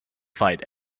fight